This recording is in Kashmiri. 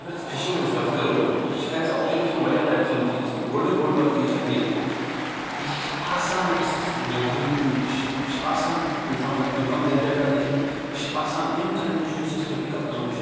اَگَر أسۍ فِشنٛگ ہٕنٛز کَتھ کَرو یہِ چھِ ایز اےٚ آکِپیشَن واریاہ بہتَرِیٖن چیٖز گۄڈنیُک بوٚڈ بار چیٖز چھ اَتھ یہِ یہِ چھ آسان أکِس نوکٕری نِش یہِ چھ آسان اِنسانَس اِنکَم جَنریٹ کَرنہٕ نِش یہِ چھِ آسان امہِ کامہِ نِش یُس اَسہِ ٹِپِکَل کٲم چھِ